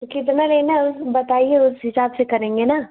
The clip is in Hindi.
कि कितना लेना है उस बताइए उस हिसाब से करेंगे ना